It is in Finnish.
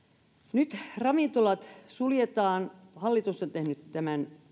nyt ravintolat suljetaan hallitus on tehnyt tämän